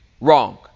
wrong